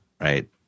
right